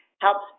helps